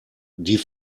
die